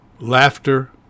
laughter